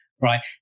Right